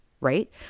right